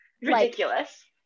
Ridiculous